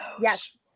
Yes